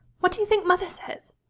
what do you think mother says?